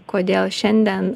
kodėl šiandien